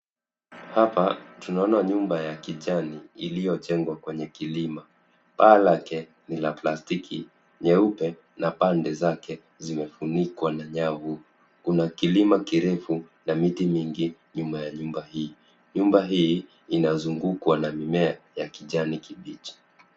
Haa tunaona nyumba ya kijani iliyojengwa kwenye kilimo, paa lake ni la kiplastiki nyeupe na pande zake zimefunikwa na nyavu, kuna kilima kirefu na miti mingi nyuma ya nyumba hii.